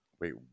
wait